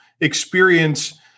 experience